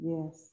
Yes